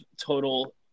total